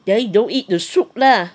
then you don't eat the soup lah